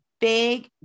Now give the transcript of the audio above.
big